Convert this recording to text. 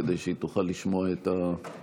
כדי שהיא תוכל לשמוע את הדברים.